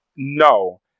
No